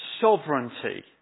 sovereignty